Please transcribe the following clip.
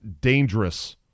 dangerous